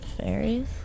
Fairies